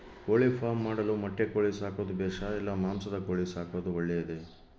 ಕೋಳಿಫಾರ್ಮ್ ಮಾಡಲು ಮೊಟ್ಟೆ ಕೋಳಿ ಸಾಕೋದು ಬೇಷಾ ಇಲ್ಲ ಮಾಂಸದ ಕೋಳಿ ಸಾಕೋದು ಒಳ್ಳೆಯದೇ?